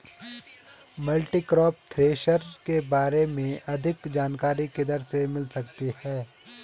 Multicrop thresher के बारे में अधिक जानकारी किधर से मिल सकती है?